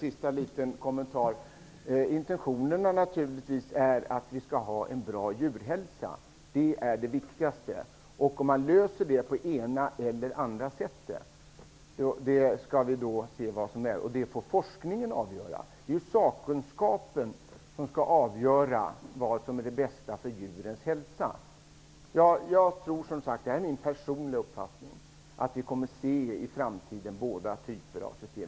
Herr talman! Intentionerna är naturligtvis att vi skall ha en bra djurhälsa. Det är det viktigaste. Forskningen får avgöra om det skall ske på det ena eller det andra sättet. Det är sakkunskapen som skall avgöra vad som är bäst för djurens hälsa. Min personliga uppfattning är att vi kommer att i framtiden se båda typer av system.